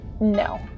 no